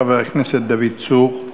חבר הכנסת דוד צור.